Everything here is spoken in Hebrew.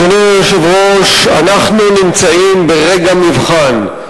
אדוני היושב-ראש, אנחנו נמצאים ברגע מבחן.